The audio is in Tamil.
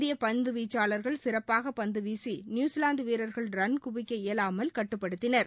இந்தியபந்துவீச்சாளர்கள் சிறப்பாகபந்துவீசிநியூசிலாந்துவீரர்கள் ரன் குவிக்க இயலாமல் கட்டுப்படுத்தினர்